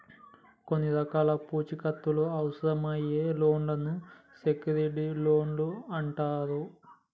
కొన్ని రకాల పూచీకత్తు అవసరమయ్యే లోన్లను సెక్యూర్డ్ లోన్లు అంటరు